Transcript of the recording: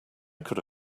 could